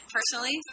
Personally